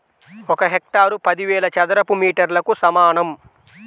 ఒక హెక్టారు పదివేల చదరపు మీటర్లకు సమానం